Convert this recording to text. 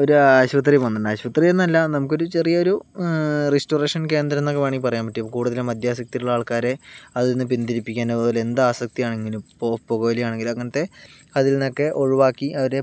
ഒരു ആശുപത്രി വന്നുണ്ട് ആശുപത്രി എന്ന് അല്ല നമുക്ക് ഒരു ചെറിയ ഒരു റെസ്റ്റോറേഷൻ കേന്ദ്രം എന്ന് വേണമെങ്കിൽ പറയാൻ പറ്റും കൂടുതലും മദ്യാസക്തിയിലുള്ള ആൾക്കാരെ അതിൽ നിന്ന് പിന്തിരിപ്പിക്കാൻ അതുപോലെ എന്ത് ആസക്തിയാണെങ്കിലും ഇപ്പോൾ പുകവലിയാണെങ്കിലും അങ്ങനത്തെ അതിൽ നിന്നൊക്കെ ഒഴിവാക്കി അവരെ